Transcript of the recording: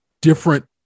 different